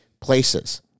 places